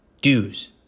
dues